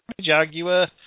Jaguar